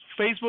Facebook